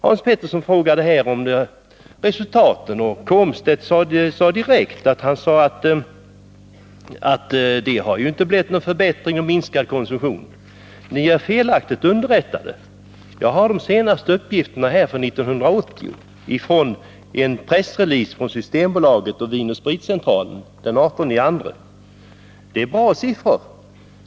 Hans Pettersson frågade om resultaten, och Wiggo Komstedt sade att det inte blivit någon minskning av konsumtionen. Ni är felaktigt underättade. Jag har de senaste uppgifterna, från 1980. De finns i en pressrelease från Systembolaget och Vinoch Spritcentralen av den 18 februari. Det är bra siffror.